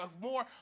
more